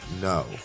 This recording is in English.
no